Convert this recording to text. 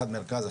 אחד מרכז,